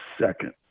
Second